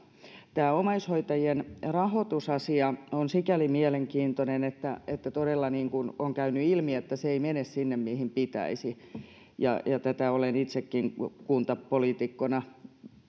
tämä omaishoitajien rahoitusasia on sikäli mielenkiintoinen että että todella niin kuin on käynyt ilmi se ei mene sinne mihin pitäisi ja tätä olen itsekin kuntapoliitikkona